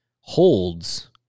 holds